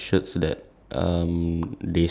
I thought it was like okay lah that's it lah